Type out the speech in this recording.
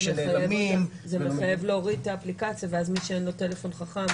מחייב להוריד את האפליקציה ואז מי שאין לו טלפון חכם,